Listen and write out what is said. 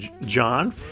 John